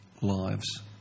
lives